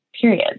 period